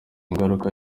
ingaruka